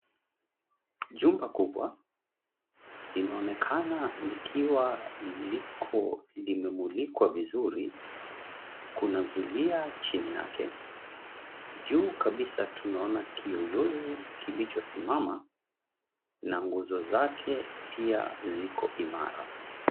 Jumba kubwa, linaonekana likiwa liko limemulikwa vizuri. Kuna zulia chini yake, juu kabisa tunaona kiyoyozi kilichosimama na nguzo zake pia ziko imara.